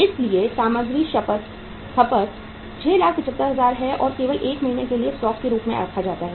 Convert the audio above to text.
इसलिए सामग्री शपथ 675000 है और केवल 1 महीने के लिए स्टॉक के रूप में रखा जाता है